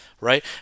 Right